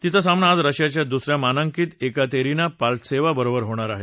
तिचा सामना आज रशियाच्या दुस या मानांकित एकातेरिना पाल्तसेवा बरोबर होणार आहे